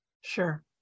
Sure